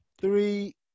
Three